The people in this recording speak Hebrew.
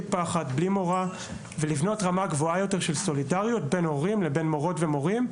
פחד ומורא ולבנות רמת סולידריות גבוהה יותר בין הורים למורות ומורים,